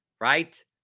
right